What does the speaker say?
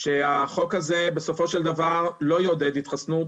שהחוק הזה בסופו של דבר לא יעודד התחסנות,